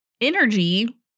energy